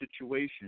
situation